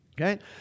Okay